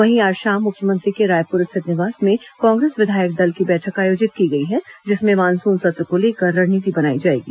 वहीं आज शाम मुख्यमंत्री के रायपुर स्थित निवास में कांग्रेस विधायक दल की बैठक आयोजित की गई है जिसमें मानसून सत्र को लेकर रणनीति बनाई जाएगी